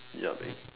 yup and